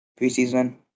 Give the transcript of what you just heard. Preseason